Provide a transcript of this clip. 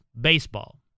baseball